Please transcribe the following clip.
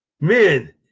Man